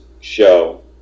show